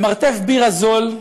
במרתף בירה זול,